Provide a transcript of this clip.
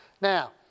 Now